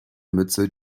mütze